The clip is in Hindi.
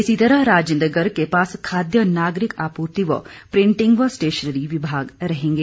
इसी तरह राजेन्द्र गर्ग के पास खाद्य नागरिक आपूर्ति व प्रिटिंग व स्टेशनरी विभाग रहेंगे